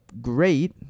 great